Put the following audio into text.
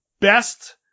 best